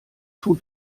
tut